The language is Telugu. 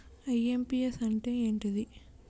ఐ.ఎమ్.పి.యస్ అంటే ఏంటిది?